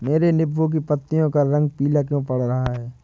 मेरे नींबू की पत्तियों का रंग पीला क्यो पड़ रहा है?